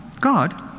God